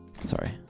Sorry